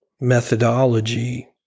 methodology